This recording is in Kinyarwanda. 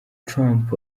trump